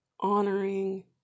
honoring